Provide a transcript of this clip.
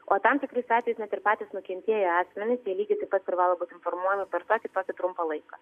o tam tikrais atvejais net ir patys nukentėję asmenys jie lygiai taip pat privalo būti informuojami per tokį patį trumpą laiką